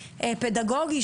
פדגוגי,